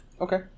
Okay